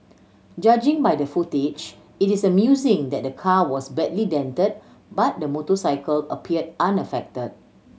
judging by the footage it is amusing that the car was badly dented but the motorcycle appeared unaffected